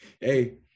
Hey